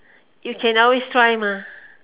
you can always try mah